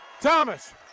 Thomas